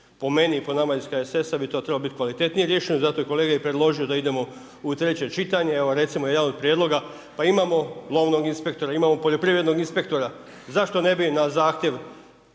Po meni i po nama iz HSS-a bi to trebalo biti kvalitetnije riješeno, zato je kolega i predložio da idemo u treće čitanje, evo recimo jedan od prijedloga, pa imamo lovnog inspektora, imamo poljoprivrednog inspektora. Zašto ne bi na zahtjev